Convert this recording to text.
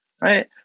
Right